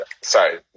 sorry